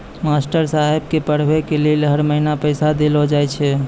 master साहेब के पढ़बै के लेली हर महीना पैसा देलो जाय छै